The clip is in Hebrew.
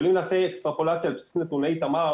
אבל אם נעשה אקסטרופולציה על בסיס נתוני תמר,